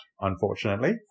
unfortunately